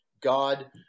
God